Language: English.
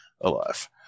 alive